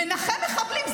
מנחם מחבלים.